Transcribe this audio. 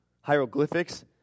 hieroglyphics